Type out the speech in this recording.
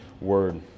word